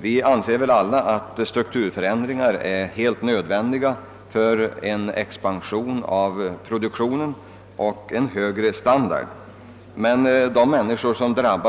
Vi anser väl alla att strukturföränd ringar är helt nödvändiga för en expansion av produktionen och för att åstadkomma en högre levnadsstandard.